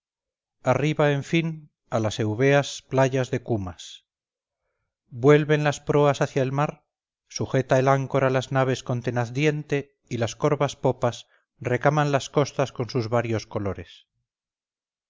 arriba en fin a las eubeas playas de cumas vuelven las proas hacia el mar sujeta el áncora las naves con tenaz diente y las corvas popas recaman las costas con sus varios colores